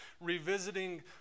Revisiting